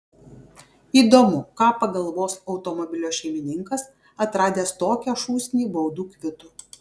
įdomu ką pagalvos automobilio šeimininkas atradęs tokią šūsnį baudų kvitų